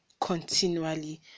continually